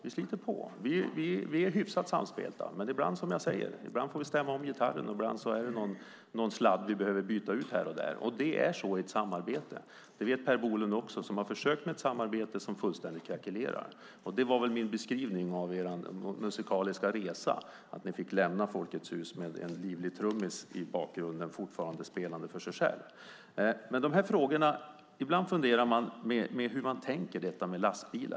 Vi är hyfsat samspelta, men ibland får vi stämma om gitarren eller byta ut någon sladd. Det är så i ett samarbete. Det vet Per Bolund också, som har försökt med ett samarbete som fullständigt krackelerade. Det var min beskrivning av er musikaliska resa. Ni fick lämna Folkets Hus med en livlig trummis i bakgrunden som spelade för sig själv. Ibland funderar jag över hur man tänker i fråga om lastbilar.